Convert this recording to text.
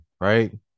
right